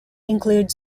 include